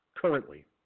currently